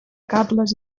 cables